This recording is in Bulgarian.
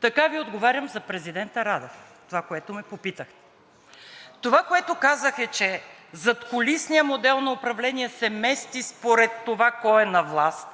Така Ви отговарям за президента Радев – това, което ме попитахте. Това, което казах, е, че задкулисният модел на управление се мести според това кой е на власт,